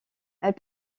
elle